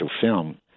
film